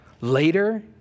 later